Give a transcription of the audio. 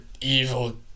evil